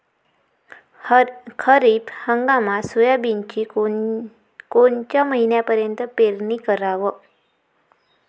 खरीप हंगामात सोयाबीनची कोनच्या महिन्यापर्यंत पेरनी कराव?